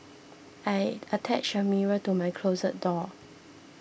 I attached a mirror to my closet door